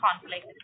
conflict